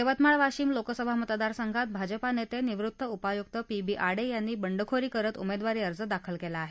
यवतमाळ वाशिम लोकसभा मतदारसंघात भाजपा नेते निवृत्त उपायुक्त पी बी आडे यांनी बंडखोरी करीत उमेदवारी अर्ज दाखल केला आहे